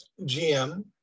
GM